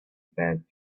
bad